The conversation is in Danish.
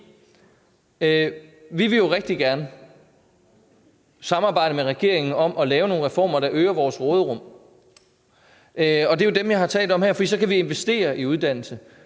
vi vil jo rigtig gerne samarbejde med regeringen om at lave nogle reformer, der øger vores råderum – det er jo dem, jeg har talt om her – for så kan vi investere i uddannelse.